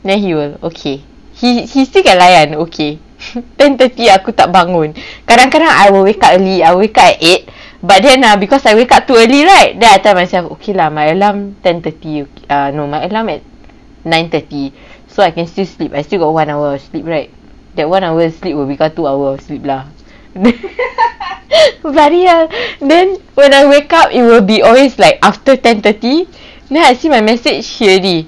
then he was okay he he still can layan okay ten thirty aku tak bangun kadang-kadang I will wake up early I'll wake up at eight but then ah because I wake up too early right then I tell myself okay lah my alarm ten thirty uh no my alarm at nine thirty so I can still sleep I still got one hour of sleep right that one hour of sleep become two hours sleep lah bloody hell then when I wake up it will be always like after ten thirty then I see my message he already